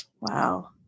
Wow